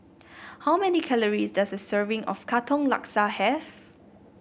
how many calories does a serving of Katong Laksa have